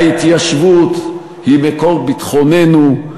ההתיישבות היא מקור ביטחוננו.